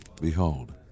Behold